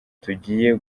tugiye